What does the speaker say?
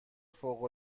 فوق